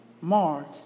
Mark